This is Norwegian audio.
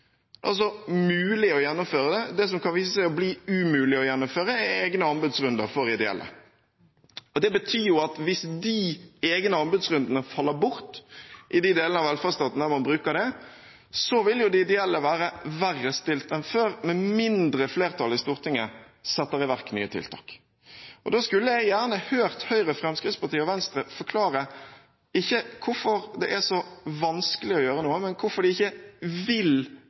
mulig å gjennomføre. Det som kan vise seg å bli umulig å gjennomføre, er egne anbudsrunder for ideelle. Det betyr jo at hvis de egne anbudsrundene faller bort i de delene av velferdsstaten der man bruker det, vil de ideelle bli verre stilt enn før, med mindre flertallet i Stortinget setter i verk nye tiltak. Jeg skulle gjerne likt å høre Høyre, Fremskrittspartiet og Venstre forklare hvorfor de ikke vil innføre lengre avtaler for ideelle, ikke hvorfor det er så vanskelig å gjøre noe.